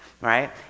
right